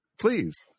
Please